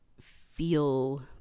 feel